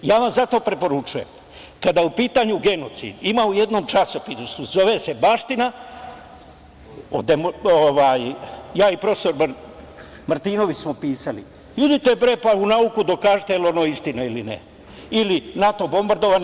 Ja vam zato preporučujem, kada je u pitanju genocid, ima u jednom časopisu zove se „Baština“, ja i prof. Martinović smo pisali, idite, pa u nauku dokažite da li je ono istina ili ne ili NATO bombardovanje.